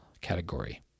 category